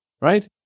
right